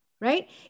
right